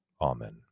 Amen